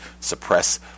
suppress